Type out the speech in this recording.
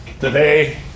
Today